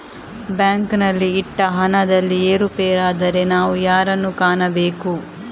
ಬ್ಯಾಂಕಿನಲ್ಲಿ ಇಟ್ಟ ಹಣದಲ್ಲಿ ಏರುಪೇರಾದರೆ ನಾವು ಯಾರನ್ನು ಕಾಣಬೇಕು?